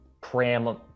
cram